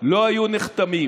לא היו נחתמים.